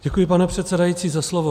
Děkuji, pane předsedající, za slovo.